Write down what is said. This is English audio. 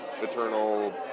eternal